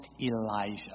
Elijah